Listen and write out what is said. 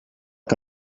que